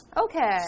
Okay